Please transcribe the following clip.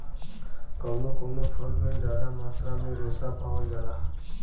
कउनो कउनो फल में जादा मात्रा में रेसा पावल जाला